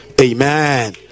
Amen